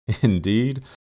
indeed